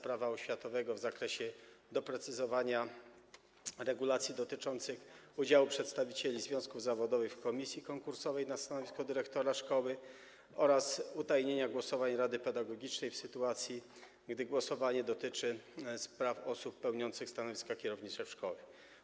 Prawa oświatowego w zakresie doprecyzowania regulacji dotyczącej udziału przedstawicieli związków zawodowych w komisji konkursowej przy wyborze na stanowisko dyrektora szkoły oraz utajnienia głosowania rady pedagogicznej, w sytuacji gdy głosowanie to dotyczy spraw osób pełniących stanowiska kierownicze w szkole.